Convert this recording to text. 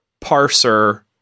parser